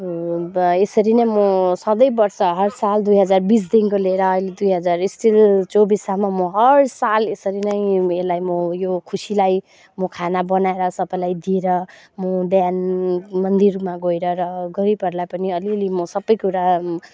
अब ब यसरी नै म सधैँ वर्ष हर साल दुई हजार बिसदेखिको लिएर अहिले दुई हजार स्टिल चौबिससम्म म हर साल यसरी नै यसलाई म यो खुसीलाई म खाना बनाएर सबैलाई दिएर म बिहान मन्दिरमा गएर र गरिबहरूलाई पनि अलिअलि म सबै कुरा